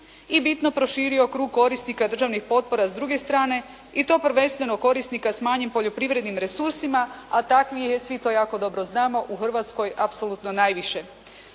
i bitno proširio krug korisnika državnih potpora s druge strane i to prvenstveno korisnika sa manjim poljoprivrednim resursima, a takvih je, svi to jako dobro znamo u Hrvatskoj apsolutno najviše.